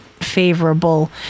favorable